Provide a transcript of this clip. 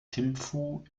thimphu